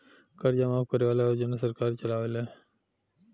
कर्जा माफ करे वाला योजना सरकार चलावेले